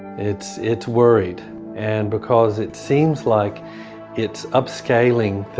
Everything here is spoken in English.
its its worried and because it seems like it's up scaling